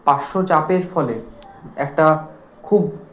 পার্শ্বচাপের ফলে একটা খুব